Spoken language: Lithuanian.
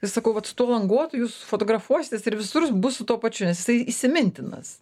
tai sakau vat su tuo languotu jūs fotografuositės ir visur bus su tuo pačiu jisai įsimintinas